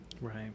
Right